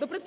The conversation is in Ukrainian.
до представництва